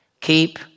Keep